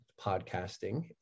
podcasting